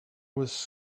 was